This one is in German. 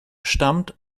stammt